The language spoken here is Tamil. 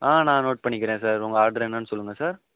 ஆ நான் நோட் பண்ணிக்கிறேன் சார் உங்கள் ஆட்ரு என்னென்னு சொல்லுங்கள் சார்